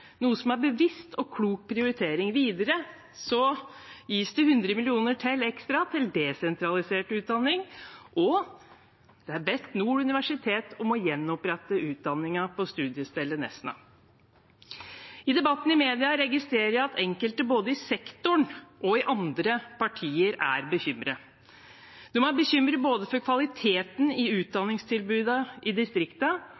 noe som er en bevisst og klok prioritering. Videre gis det 100 mill. kr ekstra til desentralisert utdanning, og en har bedt Nord universitet gjenopprette utdanningen på studiestedet Nesna. I debattene i media registrerer jeg at enkelte, både i sektoren og i andre partier, er bekymret. De er bekymret både for kvaliteten i